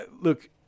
Look